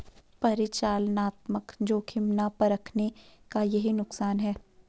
परिचालनात्मक जोखिम ना परखने का यही नुकसान है